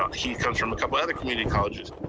he comes from a couple of other community colleges.